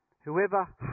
Whoever